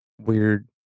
weird